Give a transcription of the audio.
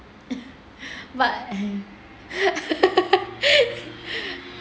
but